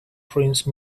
prince